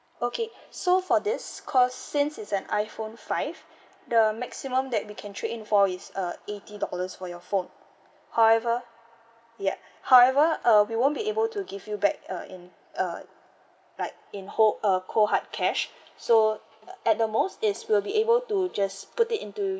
okay so for this because since it's an iPhone five the maximum that we can trade in for is uh eighty dollars for your phone however ya however uh we won't be able to give you back uh in uh like in whole uh cold hard cash so uh at the most is will be able to just put it into